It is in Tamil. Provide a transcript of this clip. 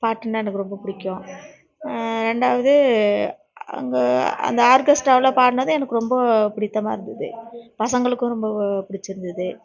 பாட்டுன்னால் எனக்கு ரொம்ப பிடிக்கும் ரெண்டாவது அங்கே அந்த ஆர்கெஸ்ட்ராவில் பாடினது எனக்கு ரொம்ப பிடித்தமாக இருந்தது பசங்களுக்கும் ரொம்ப பிடிச்சுருந்தது